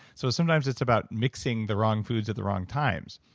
so sometimes it's about mixing the wrong foods at the wrong times.